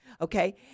Okay